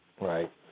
right